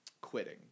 quitting